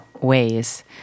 ways